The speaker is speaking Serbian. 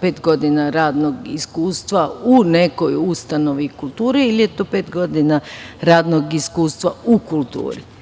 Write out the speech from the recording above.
pet godina radnog iskustva u nekoj ustanovi kulture ili je to pet godina radnog iskustva u kulturi.